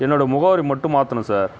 என்னோடய முகவரி மட்டும் மாற்றணும் சார்